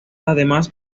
además